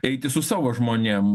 eiti su savo žmonėm